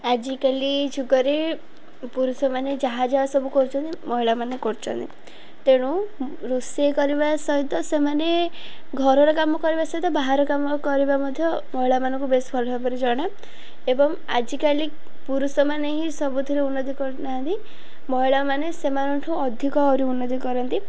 ଆଜିକାଲି ଯୁଗରେ ପୁରୁଷମାନେ ଯାହା ଯାହା ସବୁ କରୁଛନ୍ତି ମହିଳାମାନେ କରୁଛନ୍ତି ତେଣୁ ରୋଷେଇ କରିବା ସହିତ ସେମାନେ ଘରର କାମ କରିବା ସହିତ ବାହାର କାମ କରିବା ମଧ୍ୟ ମହିଳାମାନଙ୍କୁ ବେଶ ଭଲ ଭାବରେ ଜଣା ଏବଂ ଆଜିକାଲି ପୁରୁଷମାନେ ହିଁ ସବୁଥୁରୁ ଉନ୍ନତି କରୁନାହାନ୍ତି ମହିଳାମାନେ ସେମାନଙ୍କଠୁ ଅଧିକ ଆହୁରି ଉନ୍ନତି କରନ୍ତି